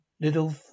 little